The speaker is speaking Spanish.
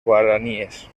guaraníes